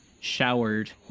showered